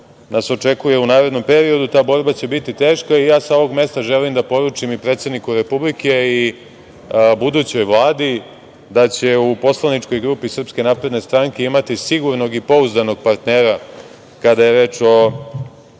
nas očekuje u narednom periodu. Ta borba će biti teška. Sa ovog mesta želim da poručim predsedniku Republike i budućoj Vladi da će u poslaničkoj grupi SNS imati sigurnog i pouzdanog partnera kada je reč o